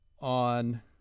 on